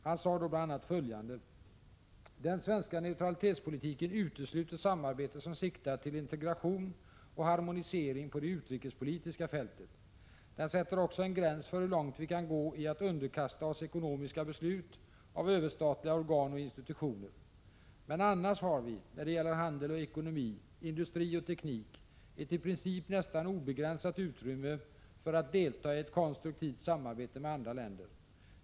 Han sade då bl.a. följande: ”Den svenska neutralitetspolitiken utesluter samarbete som siktar till integration och harmonisering på det utrikespolitiska fältet. Den sätter också en gräns för hur långt vi kan gå i att underkasta oss ekonomiska beslut av överstatliga organ och institutioner. Men annars har vi, när det gäller handel och ekonomi, industri och teknik, ett i princip nästan obegränsat utrymme för att delta i ett konstruktivt samarbete med andra länder.